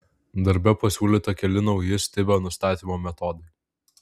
darbe pasiūlyta keli nauji stibio nustatymo metodai